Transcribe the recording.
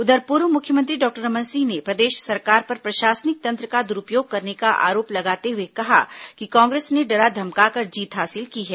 उधर पूर्व मुख्यमंत्री डॉक्टर रमन सिंह ने प्रदेश सरकार पर प्रशासनिक तंत्र का दुरूपयोग करने का आरोप लगाते हुए कहा कि कांग्रेस ने डरा धमकाकर जीत हासिल की है